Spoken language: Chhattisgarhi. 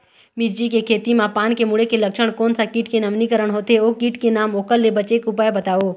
मिर्ची के खेती मा पान के मुड़े के लक्षण कोन सा कीट के नवीनीकरण होथे ओ कीट के नाम ओकर ले बचे के उपाय बताओ?